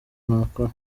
nakora